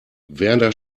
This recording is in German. werner